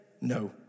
No